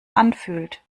anfühlt